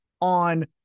on